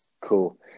Cool